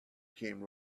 came